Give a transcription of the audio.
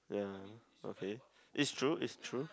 ya okay is true is true